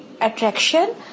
attraction